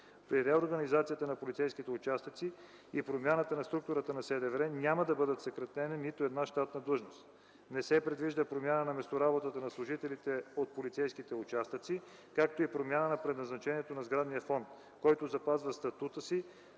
При реорганизацията на полицейските участъци и промяната на структурата на СДВР няма да бъде съкратена нито една длъжност. Не се предвижда промяна на местоработата на служителите от полицейските участъци, както и промяна на предназначението на сградния фонд, който запазва статута си